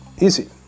easy